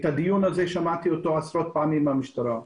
את הדיון הזה שמעתי עשרות פעמים מהמשטרה.